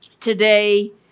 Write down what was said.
today